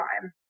time